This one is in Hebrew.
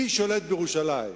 מי שולט בירושלים?